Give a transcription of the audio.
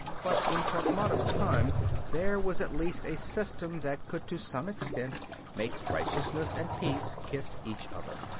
but in torquemada's time there was at least a system that could to some extent make righteousness and peace kiss each other.